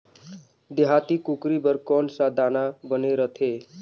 देहाती कुकरी बर कौन सा दाना बने रथे?